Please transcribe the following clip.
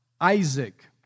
Isaac